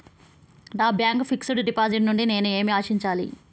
నా bank fixed deposit నుండి నేను ఏమి ఆశించాలి?